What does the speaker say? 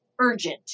urgent